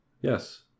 Yes